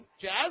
Jazz